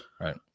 right